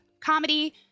comedy